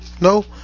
no